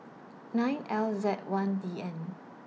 nine L Z one D N